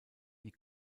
die